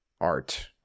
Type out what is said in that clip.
art